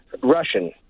Russian